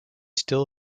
still